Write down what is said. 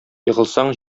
егылсаң